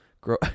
Grow